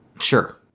Sure